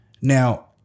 Now